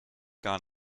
gar